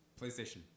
Playstation